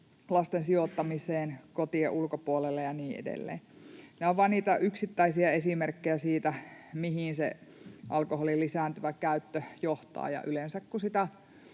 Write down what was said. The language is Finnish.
lasten sijoittamiseen kotien ulkopuolella ja niin edelleen. Nämä ovat vain niitä yksittäisiä esimerkkejä siitä, mihin se alkoholin lisääntyvä käyttö johtaa,